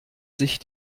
sich